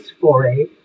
foray